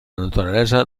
naturalesa